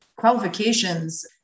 qualifications